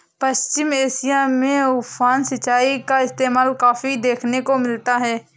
पश्चिम Asia में उफान सिंचाई का इस्तेमाल काफी देखने को मिलता है